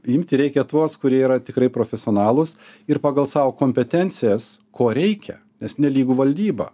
imti reikia tuos kurie yra tikrai profesionalūs ir pagal savo kompetencijas ko reikia nes nelygu valdyba